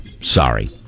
Sorry